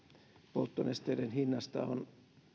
polttonesteiden hinnasta on